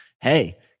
hey